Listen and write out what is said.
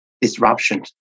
disruption